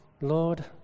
Lord